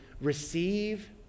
receive